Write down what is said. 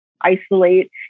isolate